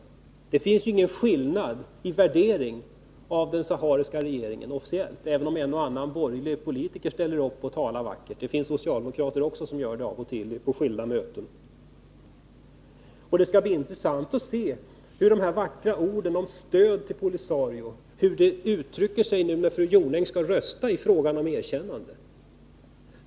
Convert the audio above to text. Det finns ingen skillnad i värdering av den sahariska regeringen, även om en och annan borgerlig politiker ställer upp och talar vackert. Det finns också socialdemokrater som gör det av och till på skilda möten. Det skall bli intressant att se hur fru Jonängs vackra ord om stöd till POLISARIO omsätts i handling när fru Jonäng skall rösta i fråga om erkännande.